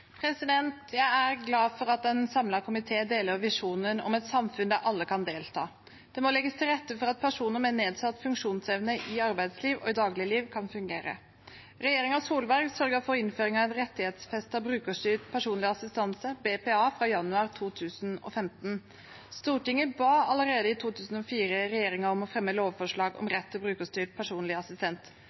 glad for at en samlet komité deler visjonen om et samfunn der alle kan delta. Det må legges til rette for at personer med nedsatt funksjonsevne kan fungere i arbeidsliv og i dagligliv. Regjeringen Solberg sørget for innføring av rettighetsfestet brukerstyrt personlig assistanse, BPA, fra januar 2015. Stortinget ba allerede i 2004 regjeringen om å fremme lovforslag om rett til brukerstyrt personlig assistent.